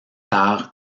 par